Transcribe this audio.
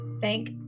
thank